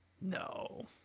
No